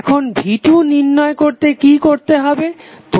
এখন v2 নির্ণয় করতে কি করতে হবে